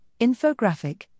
Infographic